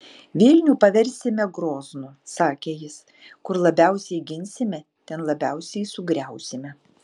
vilnių paversime groznu sakė jis kur labiausiai ginsime ten labiausiai sugriausime